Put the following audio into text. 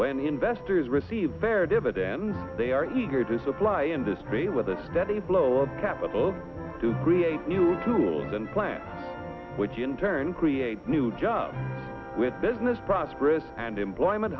when investors receive their dividends they are eager to supply industry with a steady flow of capital to create new tools and plans which in turn create new jobs with business prosperous and employment